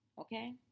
Okay